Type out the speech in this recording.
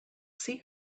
see